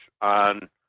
on